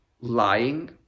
lying